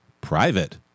private